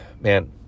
man